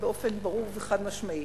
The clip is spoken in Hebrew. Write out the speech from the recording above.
באופן ברור וחד-משמעי.